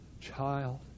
child